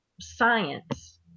science